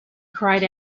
cried